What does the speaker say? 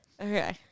Okay